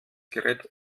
gerät